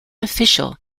official